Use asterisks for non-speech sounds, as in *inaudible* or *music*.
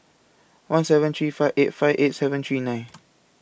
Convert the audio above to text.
one seven three five eight five eight seven three nine *noise*